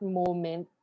moment